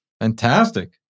Fantastic